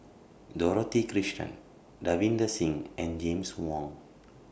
Dorothy Krishnan Davinder Singh and James Wong